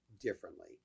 differently